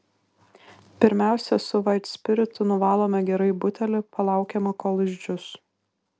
pirmiausia su vaitspiritu nuvalome gerai butelį palaukiame kol išdžius